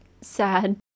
sad